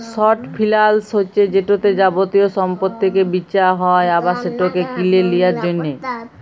short ফিলালস হছে যেটতে যাবতীয় সম্পত্তিকে বিঁচা হ্যয় আবার সেটকে কিলে লিঁয়ার জ্যনহে